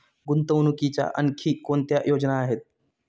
गुंतवणुकीच्या आणखी कोणत्या योजना आहेत?